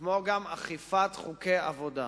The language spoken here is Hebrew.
כמו גם אכיפת חוקי עבודה.